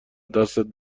دستت